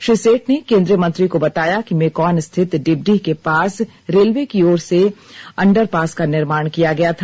श्री सेठ ने केंद्रीय मंत्री को बताया कि मेकॉन स्थित डिबडीह के पास रेलवे की ओर से अंडर पास का निर्माण किया गया था